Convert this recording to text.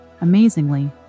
Amazingly